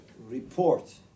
report